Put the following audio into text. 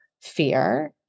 fear